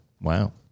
Wow